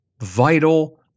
vital